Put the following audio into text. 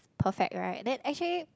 perfect right then actually